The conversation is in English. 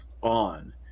on